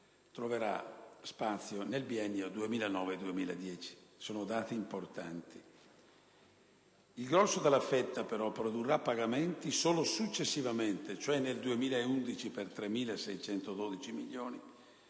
troveranno spazio nel biennio 2009-2010. Sono dati importanti. Il grosso della fetta, però, produrrà pagamenti solo successivamente, cioè nel 2011 per 3.612 milioni